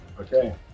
Okay